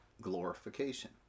glorification